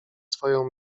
swoją